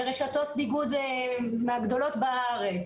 לרשתות ביגוד מהגדולות בארץ.